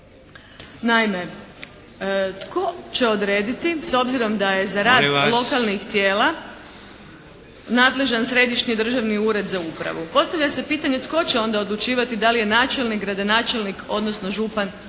Naime, tko će odrediti s obzirom da je za rad lokalnih tijela nadležan Središnji državni ured za upravu. Postavlja se pitanje tko će onda odlučivati da li je načelnik, gradonačelnik odnosno župan